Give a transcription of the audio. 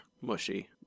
mushy